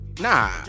Nah